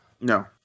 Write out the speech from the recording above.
No